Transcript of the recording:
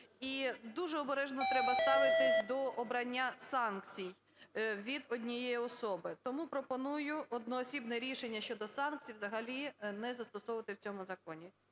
дуже обережно треба ставитись до обрання санкцій від однієї особи. Тому пропоную одноосібне рішення щодо санкцій взагалі не застосовувати в цьому законі.